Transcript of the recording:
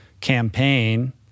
campaign